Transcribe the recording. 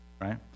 right